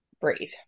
breathe